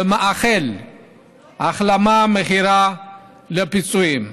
ומאחל החלמה מהירה לפצועים.